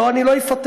לא, אני לא אפטר.